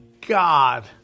God